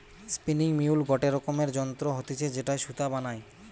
spinning mule গটে রকমের যন্ত্র হতিছে যেটায় সুতা বানায়